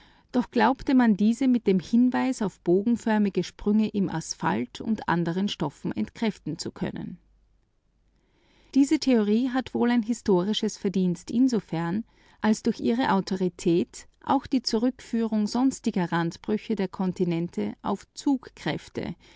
doch glaubte man diesen einwand mit dem hinweise auf bogenförmige sprünge im asphalt und anderen stoffen entkräften zu können es muß hervorgehoben werden daß diese theorie ein großes historisches verdienst besitzt nämlich insofern als die einführung von zugkräften einen bruch mit dem dogma vom gewölbedruck darstellte und durch ihre autorität die zurückführung sonstiger randbrüche der kontinente auf zugkräfte